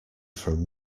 from